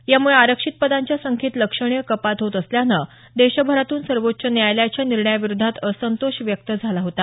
यामुळे आरक्षित पदांच्या संख्येत लक्षणीय कपात होत असल्यानं देशभरातून सर्वोच्च न्यायालयाच्या निर्णयाविरोधात असंतोष व्यक्त झाला होता